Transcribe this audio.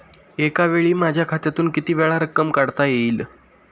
एकावेळी माझ्या खात्यातून कितीवेळा रक्कम काढता येईल?